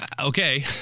Okay